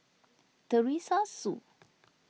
Teresa Hsu